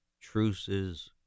truces